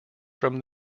from